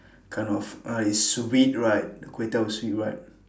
kind of uh it's sweet right the kway teow is sweet right